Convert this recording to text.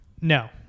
No